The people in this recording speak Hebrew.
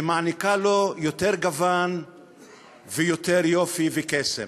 שמעניקה לו יותר גוון ויותר יופי וקסם?